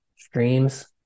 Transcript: streams